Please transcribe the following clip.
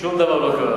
שום דבר לא קרה.